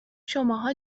شماها